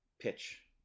pitch